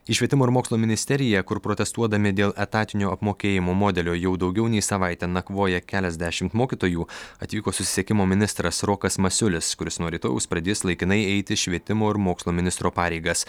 į švietimo ir mokslo ministeriją kur protestuodami dėl etatinio apmokėjimo modelio jau daugiau nei savaitę nakvoja keliasdešimt mokytojų atvyko susisiekimo ministras rokas masiulis kuris nuo rytojaus pradės laikinai eiti švietimo ir mokslo ministro pareigas